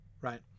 right